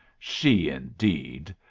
she indeed!